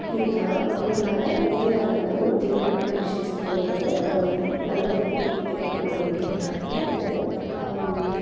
இருந்தால்தான் அவங்களால் எதுவாகருந்தாலும் ஒரு க்ளியரான கண்டிஷன்ஸ்க்கு கொண்டு வந்து அவங்களை வந்து நல்லபடியாக வீட்டுக்கு அனுப்ப முடியும் அடுத்தது